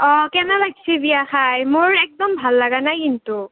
অঁ কেনে লাগিছে বিয়া খাই মোৰ একদম ভাল লগা নাই কিন্তু